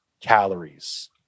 calories